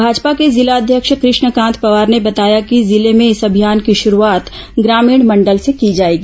भाजपा के जिला अध्यक्ष कृष्णकांत पवार ने बताया कि जिले में इस अभियान की शुरूआत ग्रामीण मंडल से की जाएगी